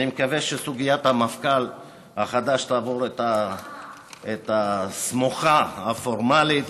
אני מקווה שסוגיית המפכ"ל החדש תעבור את המשוכה הפורמלית,